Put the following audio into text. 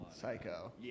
Psycho